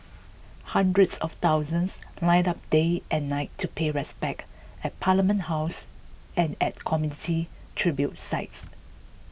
hundreds of thousands lined up day and night to pay respects at Parliament House and at community tribute sites